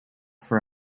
for